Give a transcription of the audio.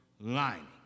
lining